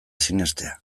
sinestea